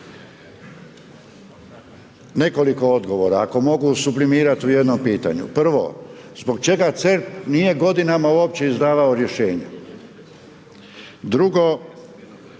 nekoliko odgovora, ako mogu sublimirati u jednom pitanju. Prvo, zbog čega CERP nije godinama uopće izdavao rješenja? Drugo,